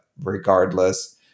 regardless